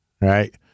right